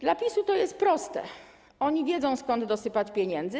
Dla PiS-u to jest proste, oni wiedzą, skąd dosypać pieniędzy.